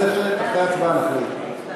אחרי ההצבעה נחליט.